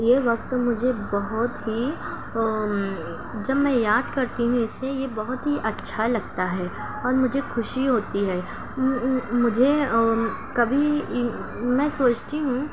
یہ وقت مجھے بہت ہی جب میں یاد کرتی ہوں اسے یہ بہت ہی اچھا لگتا ہے اور مجھے خوشی ہوتی ہے مجھے کبھی میں سوچتی ہوں